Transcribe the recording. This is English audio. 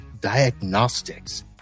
diagnostics